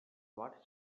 what